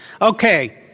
okay